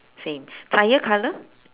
same tyre colour